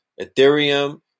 Ethereum